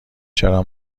چرا